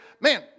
man